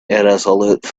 irresolute